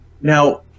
Now